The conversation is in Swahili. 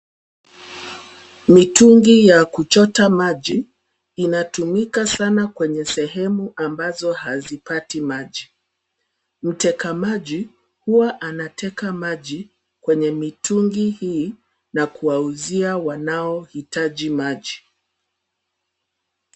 Mitungi ya kuchotea maji inatumika sana kwenye sehemu ambazo hazipati maji. Mteka maji huwa anateka maji kwenye mitungi hii na kuwauzia wanaohitaji maji.